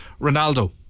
Ronaldo